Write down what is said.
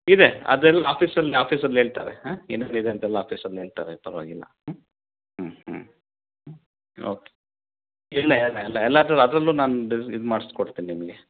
ಇದೆ ಅದೆಲ್ಲ ಆಫೀಸಲ್ಲಿ ಆಫೀಸಲ್ಲಿ ಹೇಳ್ತಾರೆ ಹಾಂ ಏನೇನು ಇದೆ ಅಂತೆಲ್ಲ ಆಫೀಸಲ್ಲಿ ಹೇಳ್ತಾರೆ ಪರ್ವಾಗಿಲ್ಲ ಹ್ಞೂ ಹ್ಞೂ ಹ್ಞೂ ಹ್ಞೂ ಓಕೆ ಇಲ್ಲ ಏನಿಲ್ಲ ಎಲ್ಲದು ಅದರಲ್ಲೂ ನಾನು ಡೆ ಇದು ಮಾಡ್ಸಿ ಕೊಡ್ತೀನಿ ನಿಮಗೆ